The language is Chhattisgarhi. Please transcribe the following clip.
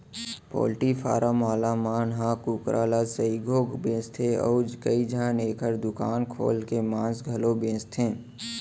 पोल्टी फारम वाला मन ह कुकरा ल सइघो बेचथें अउ कइझन एकर दुकान खोल के मांस घलौ बेचथें